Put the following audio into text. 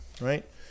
right